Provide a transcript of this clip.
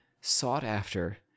sought-after